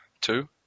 two